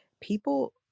people